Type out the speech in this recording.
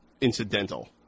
incidental